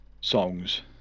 songs